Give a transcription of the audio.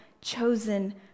chosen